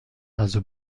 also